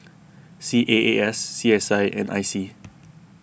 C A A S C S I and I C